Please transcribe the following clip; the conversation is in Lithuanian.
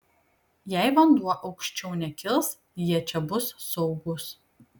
jei vanduo aukščiau nekils jie čia bus saugūs